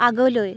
আগলৈ